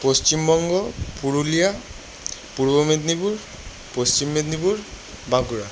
Paschimbanga Purulia Purba Medinipur Paschim Medinipur Bankura